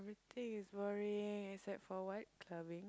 everything is boring except for what clubbing